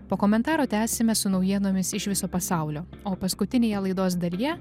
po komentaro tęsime su naujienomis iš viso pasaulio o paskutinėje laidos dalyje